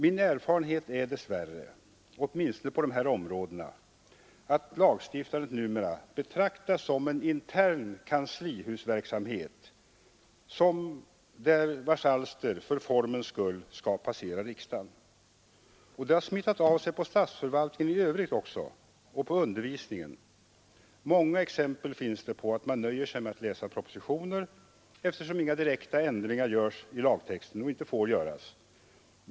Min erfarenhet är dess värre — åtminstone på de här områdena — att lagstiftandet numera betraktas som en intern kanslihusverksamhet, vars alster för formens skull skall passera riksdagen. Detta har smittat av sig på statsförvaltningen i övrigt och på undervisningen. Många exempel finns på att man nöjer sig med att läsa propositioner, eftersom inga direkta ändringar görs i lagtexten och heller inte får göras.